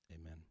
amen